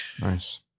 Nice